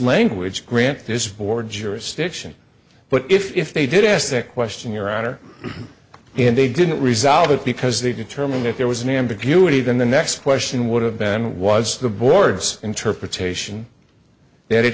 language grant this board jurisdiction but if they did ask the question your honor and they didn't resolve it because they determine if there was no ambiguity then the next question would have been was the board's interpretation